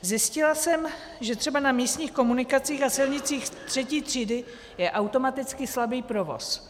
Zjistila jsem, že třeba na místních komunikacích a silnicích třetí třídy je automaticky slabý provoz.